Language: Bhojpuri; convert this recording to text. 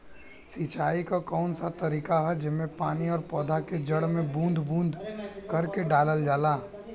सिंचाई क कउन सा तरीका ह जेम्मे पानी और पौधा क जड़ में बूंद बूंद करके डालल जाला?